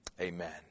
Amen